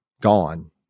gone